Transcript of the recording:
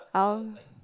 I'll